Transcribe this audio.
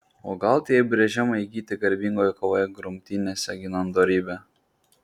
o gal tie įbrėžimai įgyti garbingoje kovoje grumtynėse ginant dorybę